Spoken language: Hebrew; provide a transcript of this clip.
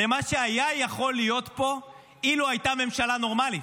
למה שהיה יכול להיות פה אילו הייתה ממשלה נורמלית.